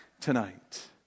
tonight